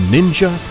Ninja